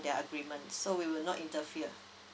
their agreement so we will not interfere